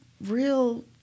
real